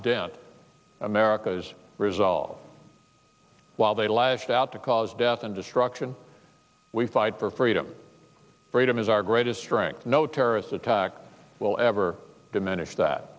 dent america's resolve while they lashed out to cause death and destruction we fight for freedom freedom is our greatest strength no terrorist attack will ever diminish that